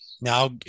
Now